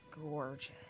gorgeous